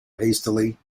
hastily